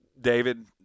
David